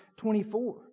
24